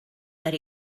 that